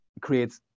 creates